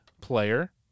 player